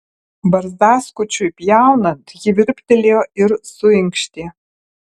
barzdaskučiui pjaunant ji virptelėjo ir suinkštė